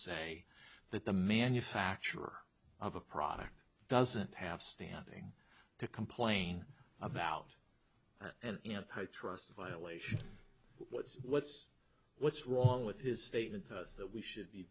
say that the manufacturer of a product doesn't have standing to complain about and trust violations what's what's what's wrong with his statement that we should be